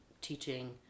teaching